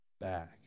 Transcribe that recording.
back